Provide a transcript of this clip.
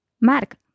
Mark